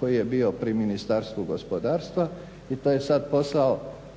koji je bio pri Ministarstvu gospodarstva i to je sad posao